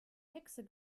hexe